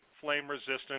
flame-resistant